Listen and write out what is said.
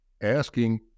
Asking